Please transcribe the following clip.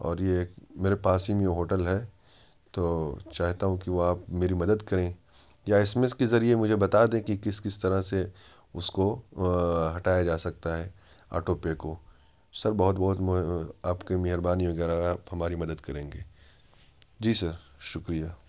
اور یہ ایک میرے پاس ہی میں یہ ہوٹل ہے تو چاہتا ہوں کہ وہ آپ میری مدد کریں یا ایس ایم ایس کے ذریعہ مجھے بتا دیں کہ کس کس طرح سے اس کو ہٹایا جا سکتا ہے آٹو پے کو سر بہت بہت آپ کی مہربانی ہوگی اگر آپ ہماری مدد کریں گے جی سر شکریہ